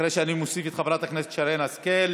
אחרי שאני מוסיף את חברת הכנסת שרן השכל.